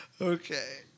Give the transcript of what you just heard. Okay